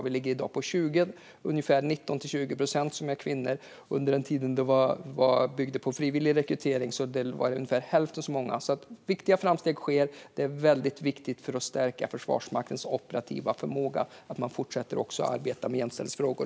Vi ligger i dag på ungefär 19-20 procent kvinnor, och under den tid då det byggde på frivillig rekrytering var det ungefär hälften så många. Viktiga framsteg sker alltså, och för att stärka Försvarsmaktens operativa förmåga är det väldigt viktigt att man fortsätter att arbeta även med jämställdhetsfrågor.